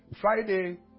Friday